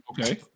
Okay